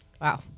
Wow